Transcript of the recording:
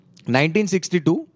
1962